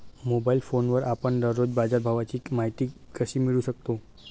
Mobile फोनवर आपण दररोज बाजारभावाची माहिती कशी मिळवू शकतो?